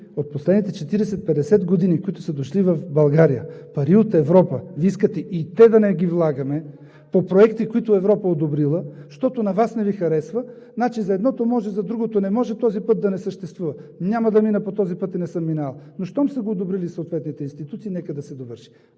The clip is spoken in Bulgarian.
от последните 40 – 50 години, които са дошли в България, пари от Европа Вие искате да не ги влагаме по проекти, които Европа е одобрила, защото на Вас не Ви харесва, значи за едното може, за другото не може, този път да не съществува. Няма да мина по този път и не съм минавал, но щом са го одобрили съответните институции, нека да се довърши.